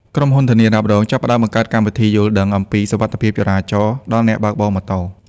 ក្រុមហ៊ុន ធានារ៉ាប់រង ចាប់ផ្ដើមបង្កើតកម្មវិធីយល់ដឹងអំពីសុវត្ថិភាពចរាចរណ៍ដល់អ្នកបើកបរម៉ូតូ។